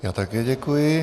Já také děkuji.